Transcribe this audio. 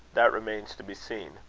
that remains to be seen